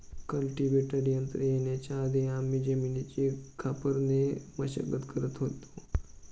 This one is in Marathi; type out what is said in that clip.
कल्टीवेटर यंत्र येण्याच्या आधी आम्ही जमिनीची खापराने मशागत करत होतो